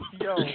Yo